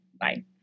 Bye